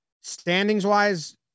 standings-wise